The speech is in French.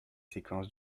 séquences